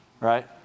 Right